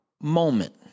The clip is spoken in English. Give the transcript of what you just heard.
moment